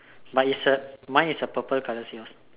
but is a mine is a purple colour yours